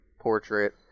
portrait